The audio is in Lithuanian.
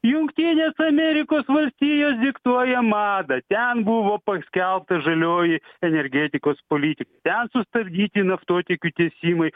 jungtinės amerikos valstijos diktuoja madą ten buvo paskelbta žalioji energetikos politika ten sustabdyti naftotiekių tiesimai